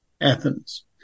Athens